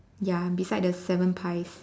ya beside the seven pies